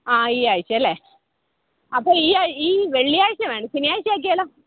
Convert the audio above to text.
ആ ഈയാഴ്ച്ച അല്ലെങ്കിൽ അപ്പോൾ ഈ വെള്ളിയാഴ്ച്ച വേണ്ട ശനിയാഴ്ച്ച ആക്കിയാലോ